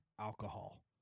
alcohol